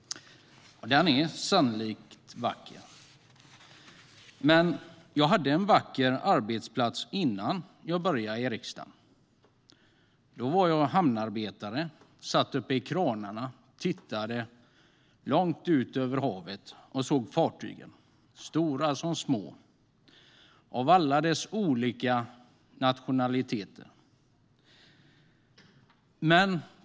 Den är sannerligen vacker. Men jag hade en vacker arbetsplats innan jag började i riksdagen också. Då var jag hamnarbetare och satt uppe i kranarna, tittade långt ut över havet och såg fartygen, stora som små, av alla nationaliteter.